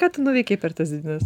ką tu nuveikei per tas dvi dienas